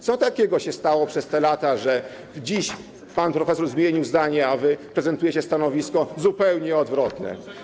Co takiego stało się przez te lata, że dziś pan profesor zmienił zdanie, a wy prezentujecie stanowisko zupełnie odwrotne?